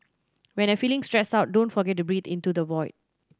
when you are feeling stressed out don't forget to breathe into the void